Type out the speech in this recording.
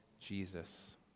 Jesus